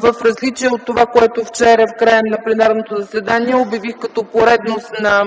в различие от това, което вчера в края на пленарното заседание обявих като поредност на